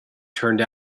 turned